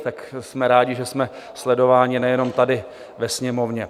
Tak to jsme rádi, že jsme sledováni nejenom tady ve Sněmovně.